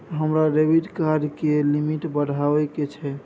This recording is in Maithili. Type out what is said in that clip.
हमरा डेबिट कार्ड के लिमिट बढावा के छै